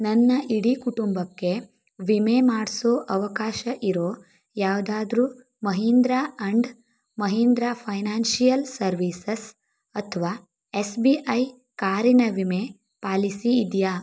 ನನ್ನ ಇಡೀ ಕುಟುಂಬಕ್ಕೆ ವಿಮೆ ಮಾಡಿಸೋ ಅವಕಾಶ ಇರೋ ಯಾವುದಾದ್ರು Mahindra and Mahindra financial services ಅಥ್ವಾ ಎಸ್ ಬಿ ಐ ಕಾರಿನ ವಿಮೆ ಪಾಲಿಸಿ ಇದೆಯಾ